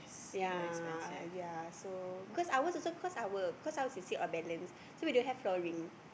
yea yea so because ours also cause our cause ours sit on balance so we don't have flowering